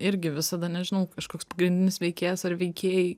irgi visada nežinau kažkoks pagrindinis veikėjas ar veikėjai